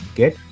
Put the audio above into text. get